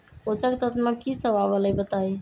पोषक तत्व म की सब आबलई बताई?